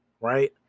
right